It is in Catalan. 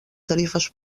tarifes